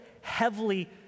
heavily